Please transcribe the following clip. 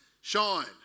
shine